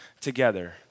together